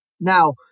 Now